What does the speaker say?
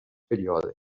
període